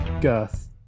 girth